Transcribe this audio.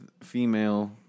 female